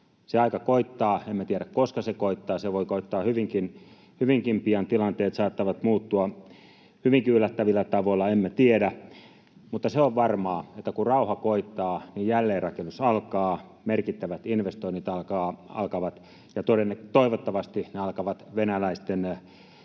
Se aika koittaa. Emme tiedä, koska se koittaa, mutta se voi koittaa hyvinkin pian. Tilanteet saattavat muuttua hyvinkin yllättävillä tavoilla — emme tiedä. Mutta se on varmaa, että kun rauha koittaa, niin jälleenrakennus alkaa, merkittävät investoinnit alkavat, ja toivottavasti ne alkavat venäläisten jäädytetyillä